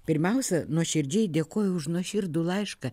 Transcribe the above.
pirmiausia nuoširdžiai dėkoju už nuoširdų laišką